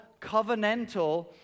covenantal